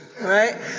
right